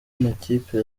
makipe